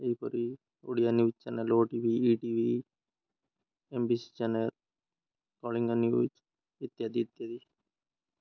ଏହିପରି Odia news channel OTV ETV MBC channel Kalinga news ଇତ୍ୟାଦି ଇତ୍ୟାଦି